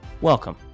Welcome